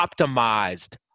optimized